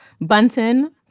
Bunton